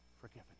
forgiven